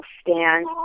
stand